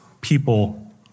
people